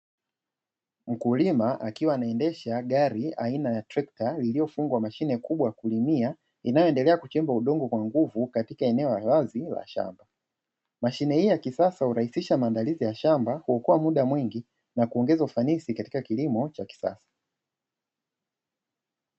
Mkulima akiwa anaendesha gari aina ya trekta iliyofungwa mashine kubwa ya kulimia, inayoendelea kuchimba udongo kwa nguvu katika eneo la wazi la shamba. Mashine hii ya kisasa hurahisisha maandalizi ya shamba, kuokoa muda mwingi na kuongeza ufanisi katika kilimo cha kisasa.